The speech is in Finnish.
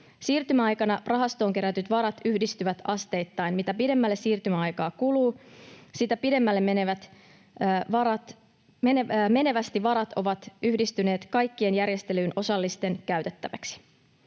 Siirtymäaikana rahastoon kerätyt varat yhdistyvät asteittain. Mitä pidemmälle siirtymäaikaa kuluu, sitä pidemmälle menevästi varat ovat yhdistyneet kaikkien järjestelyyn osallisten käytettäväksi.